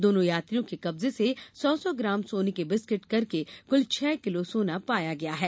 दोनों यात्रियों के कब्जे से सौ सौ ग्राम सोने के बिस्किट करके कुल छह किलो सोना पाया गया है